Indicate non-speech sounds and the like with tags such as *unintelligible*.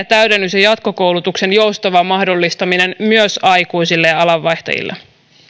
*unintelligible* täydennys ja ja jatkokoulutuksen joustava mahdollistaminen myös aikuisille alanvaihtajille